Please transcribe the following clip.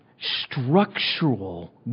structural